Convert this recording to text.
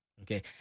Okay